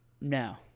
No